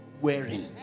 wearing